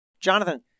Jonathan